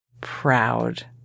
proud